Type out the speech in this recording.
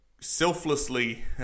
selflessly